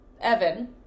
Evan